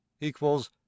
equals